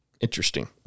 interesting